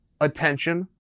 attention